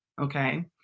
Okay